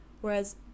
Whereas